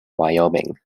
wyoming